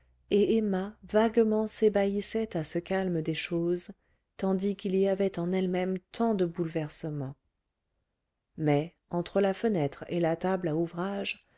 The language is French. et emma vaguement s'ébahissait à ce calme des choses tandis qu'il y avait en elle-même tant de bouleversements mais entre la fenêtre et la table à ouvrage